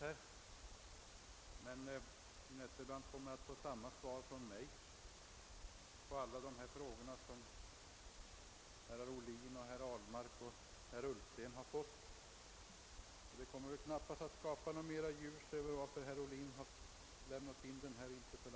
Fru Nettelbrandt kommer att få samma svar på alla sina frågor som herr Ohlin, herr Ahlmark och herr Ullsten har fått, och något mera ljus kommer knappast att kastas över frågan vad herr Ohlin avsett med sin interpellation.